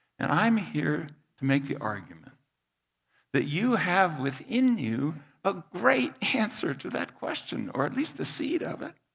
and i' m here to make the argument that you have within you a great answer to that question or at least the seed of it.